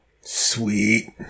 Sweet